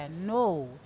No